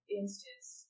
instance